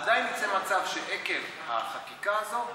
עדיין יצא מצב שעקב החקיקה הזאת,